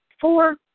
four